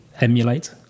emulate